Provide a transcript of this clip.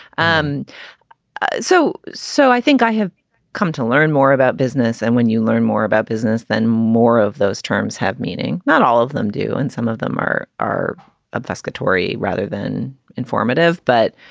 um so so i think i have come to learn more about business. and when you learn more about business than more of those terms have meaning, not all of them do. and some of them are are obfuscatory rather than informative. but,